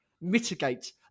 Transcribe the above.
mitigate